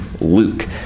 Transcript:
Luke